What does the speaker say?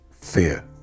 fear